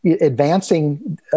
advancing